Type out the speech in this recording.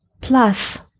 plus